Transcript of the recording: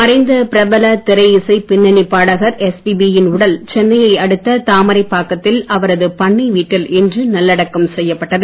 மறைந்த பிரபல திரைஇசை பின்னணிப் பாடகர் எஸ்பிபி யின் உடல் சென்னையை அடுத்த தாமரைப்பாக்கத்தில் அவரது பண்ணை வீட்டில் இன்று நல்லடக்கம் செய்யப்பட்டது